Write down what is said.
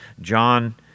John